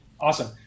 awesome